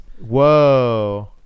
Whoa